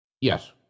Yes